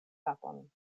kapon